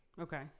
Okay